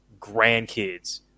grandkids